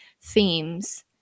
themes